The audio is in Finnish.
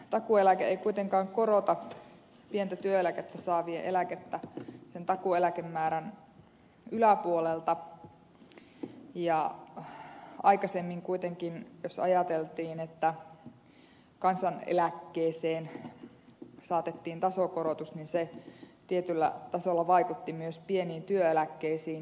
takuueläke ei kuitenkaan korota pientä työeläkettä saavien eläkettä sen takuueläkemäärän yläpuolelta ja aikaisemmin kuitenkin jos ajateltiin että kansaneläkkeeseen saatettiin tasokorotus niin se tietyllä tasolla vaikutti myös pieniin työeläkkeisiin